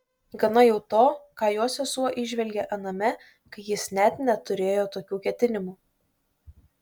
gana jau to ką jo sesuo įžvelgė aname kai jis net neturėjo tokių ketinimų